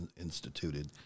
instituted